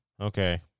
okay